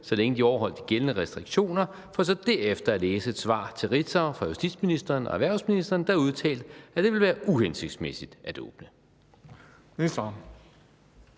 så længe de overholdt de gældende restriktioner, for så derefter at læse et svar til Ritzau fra justitsministeren og erhvervsministeren, der udtalte, at det ville være uhensigtsmæssigt at åbne?